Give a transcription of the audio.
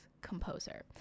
composer